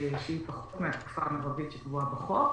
שהיא פחות מהתקופה המרבית שקבועה בחוק,